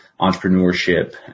entrepreneurship